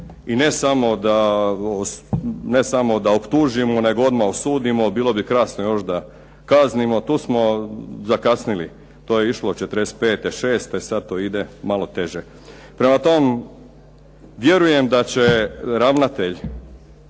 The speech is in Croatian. i ne samo da optužujemo nego odmah osudimo. Bilo bi krasno još da kaznimo, tu smo zakasnili, to je išlo '45., '46. sad to ide malo teže. Prema tom vjerujem da će ravnatelj